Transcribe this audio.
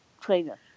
trainer